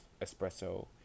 espresso